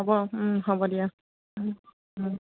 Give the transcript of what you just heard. হ'ব হ'ব দিয়া